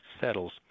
settles